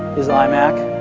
is imac